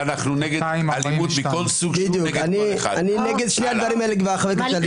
שניים בעד, חמישה נגד,